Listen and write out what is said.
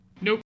Nope